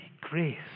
grace